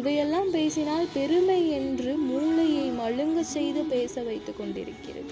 இவையெல்லாம் பேசினால் பெருமை என்று மூளையை மழுங்கச் செய்து பேச வைத்துக் கொண்டிருக்கிறது